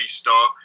star